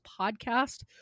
podcast